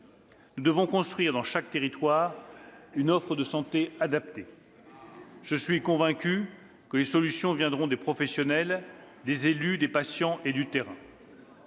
Nous devons construire dans chaque territoire une offre de santé adaptée. » Avec les élus !« Je suis convaincue que les solutions viendront des professionnels, des élus, des patients et du terrain.